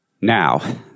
Now